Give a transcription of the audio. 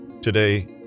Today